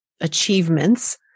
achievements